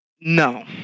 No